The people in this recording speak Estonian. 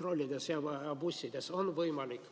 trollidesse ja bussidesse on võimalik